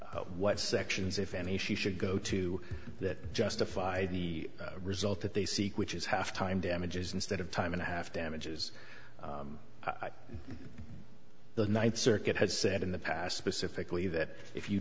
what sections if any she should go to that justified the result that they seek which is half time damages instead of time and a half damages the ninth circuit has said in the past specifically that if you